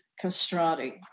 castrati